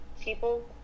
people